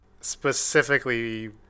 Specifically